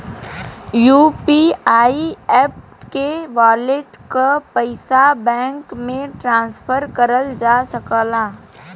UPI app के wallet क पइसा बैंक में ट्रांसफर करल जा सकला